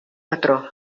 patró